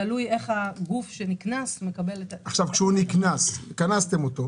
תלוי איך הגוף שנקנס מקבל --- קנסתם אותו.